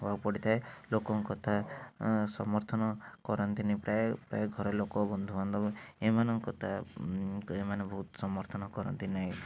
ହବାକୁ ପଡ଼ିଥାଏ ଲୋକଙ୍କ କଥା ସମର୍ଥନ କରନ୍ତିନି ପ୍ରାୟ ପ୍ରାୟ ଘରେ ଲୋକ ବନ୍ଧୁବାନ୍ଧବ ଏମାନଙ୍କ କଥା ଏମାନେ ବହୁତ୍ ସମର୍ଥନ କରନ୍ତି ନାହିଁ